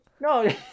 No